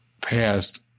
passed